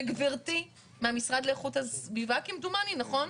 וגברתי מהמשרד לאיכות הסביבה, כמדומני, נכון?